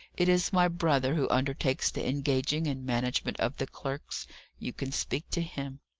it is my brother who undertakes the engaging and management of the clerks you can speak to him.